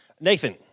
Nathan